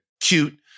cute